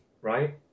right